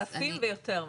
אלפים ויותר מאלפים.